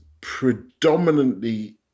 predominantly